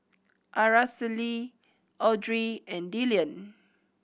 Aracely Audry and Dillion